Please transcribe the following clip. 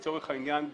לצורך העניין,